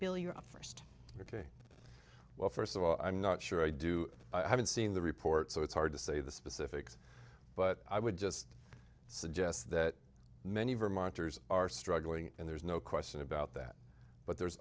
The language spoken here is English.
up first ok well first of all i'm not sure i do i haven't seen the report so it's hard to say the specifics but i would just suggest that many vermonters are struggling and there's no question about that but there's